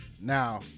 now